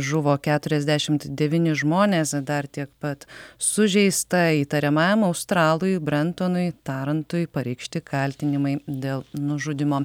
žuvo keturiasdešim devyni žmonės dar tiek pat sužeista įtariamajam australui brentonui tarantui pareikšti kaltinimai dėl nužudymo